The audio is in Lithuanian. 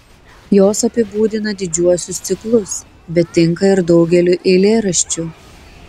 jos apibūdina didžiuosius ciklus bet tinka ir daugeliui eilėraščių